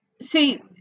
see